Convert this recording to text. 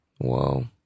Whoa